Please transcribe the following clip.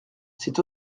c’est